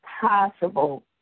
possible